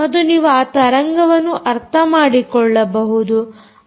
ಮತ್ತು ನೀವು ಆ ತರಂಗವನ್ನು ಅರ್ಥ ಮಾಡಿಕೊಳ್ಳಬಹುದು